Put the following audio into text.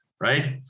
right